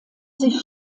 sich